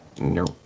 No